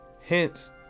Hence